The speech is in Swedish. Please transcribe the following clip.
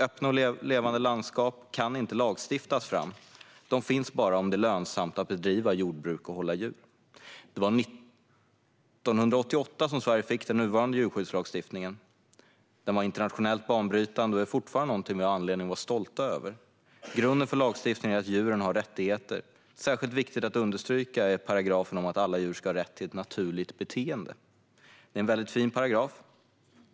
Öppna och levande landskap kan inte lagstiftas fram - de finns bara om det är lönsamt att bedriva jordbruk och hålla djur. Det var 1988 som Sverige fick den nuvarande djurskyddslagstiftningen. Den var internationellt banbrytande och är fortfarande något vi har anledning att vara stolta över. Grunden för lagstiftningen är att djuren har rättigheter. Särskilt viktigt är att understryka paragrafen om att alla djur ska ha rätt till ett naturligt beteende. Det är en väldigt fin paragraf.